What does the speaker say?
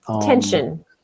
tension